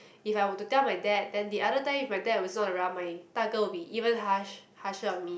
if I would to tell my dad then the other time if my dad was not around my 大哥 will be even harsh harsher on me